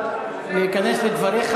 אמרתי דבר פשוט,